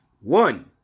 one